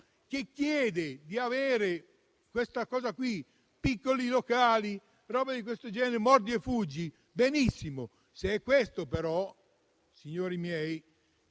che chiede di avere queste cose, piccoli locali e roba di questo genere mordi e fuggi, benissimo. Se è questo, però, signori miei,